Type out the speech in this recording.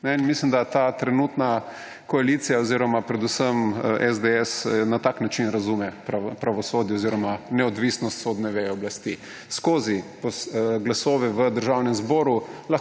Mislim, da ta trenutna koalicija oziroma predvsem SDS na tak način razume pravosodje oziroma neodvisnost sodne veje oblasti. Skozi glasove v Državnem zboru